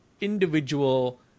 individual